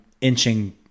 inching